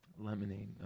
Lemonade